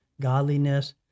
godliness